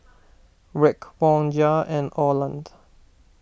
Raekwon Jair and Orland